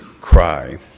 cry